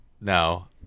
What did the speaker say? No